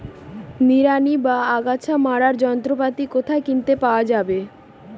নিড়ানি বা আগাছা মারার যন্ত্রপাতি কোথায় কিনতে পাওয়া যাবে?